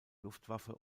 luftwaffe